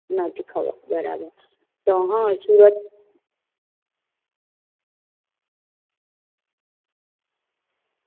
નથી ખબર બરાબર તો હ સુરત